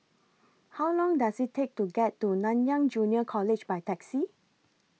How Long Does IT Take to get to Nanyang Junior College By Taxi